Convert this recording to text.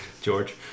George